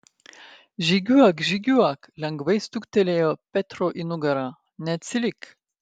žygiuok žygiuok lengvai stuktelėjo petro į nugarą neatsilik